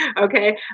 Okay